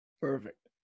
Perfect